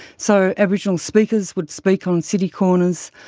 so aboriginal speakers would speak on city corners,